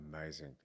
Amazing